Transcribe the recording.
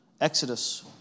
Exodus